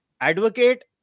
advocate